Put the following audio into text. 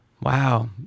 Wow